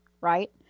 Right